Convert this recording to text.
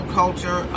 culture